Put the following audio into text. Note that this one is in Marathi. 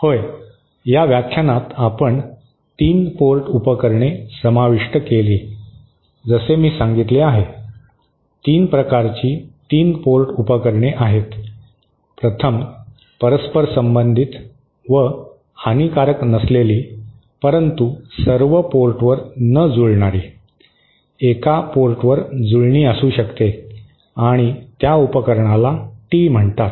होय या व्याख्यानात आपण 3 पोर्ट उपकरणे समाविष्ट केली जसे मी सांगितले आहे तीन प्रकारची 3 पोर्ट उपकरणे आहेत प्रथम परस्परसंबंधित व हानिकारक नसलेली परंतु सर्व पोर्टवर न जुळणारी एका पोर्टवर जुळणी असू शकते आणि त्या उपकरणाला टी म्हणतात